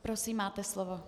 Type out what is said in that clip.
Prosím, máte slovo.